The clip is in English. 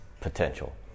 potential